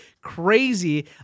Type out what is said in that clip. crazy